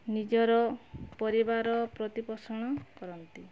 ନିଜର ପରିବାର ପ୍ରତିପୋଷଣ କରନ୍ତି